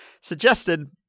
suggested